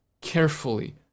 carefully